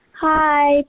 Hi